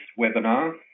webinar